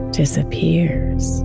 disappears